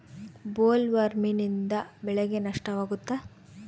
ಬೊಲ್ವರ್ಮ್ನಿಂದ ಬೆಳೆಗೆ ನಷ್ಟವಾಗುತ್ತ?